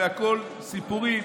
והכול סיפורים.